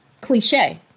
cliche